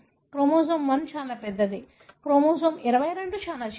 chromosome 1 చాలా పెద్దది chromosome 22 చాలా చిన్నది